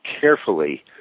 carefully